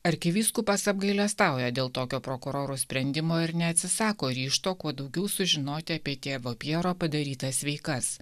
arkivyskupas apgailestauja dėl tokio prokurorų sprendimo ir neatsisako ryžto kuo daugiau sužinoti apie tėvo pjero padarytas veikas